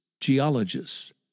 geologists